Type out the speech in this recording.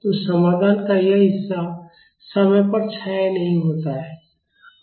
तो समाधान का यह हिस्सा समय पर क्षय नहीं होता है